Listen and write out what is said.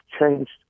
changed